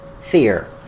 fear